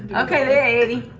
okay there, eddie.